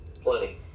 Plenty